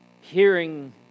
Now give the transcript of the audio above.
Hearing